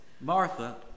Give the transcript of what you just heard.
Martha